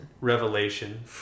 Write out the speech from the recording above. Revelation